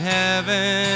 heaven